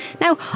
Now